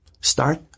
start